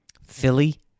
Philly